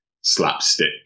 slapstick